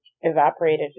evaporated